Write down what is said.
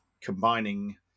combining